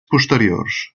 posteriors